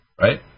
Right